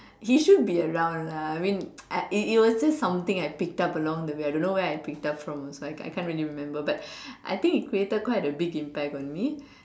he should be around lah I mean it it was just something I picked up along the way I don't know where I picked up from also I I can't really remember but I think it created quite a big impact on me